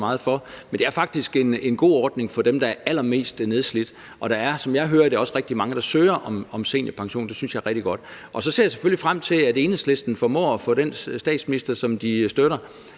Men det er faktisk en god ordning for dem, der er allermest nedslidt. Og der er, sådan som jeg hører det, også rigtig mange, der søger om seniorpension – det synes jeg er rigtig godt. Så ser jeg selvfølgelig frem til, at Enhedslisten formår at få den statsminister, som de støtter,